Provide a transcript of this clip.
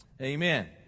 amen